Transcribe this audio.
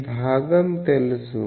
ఈ భాగం తెలుసు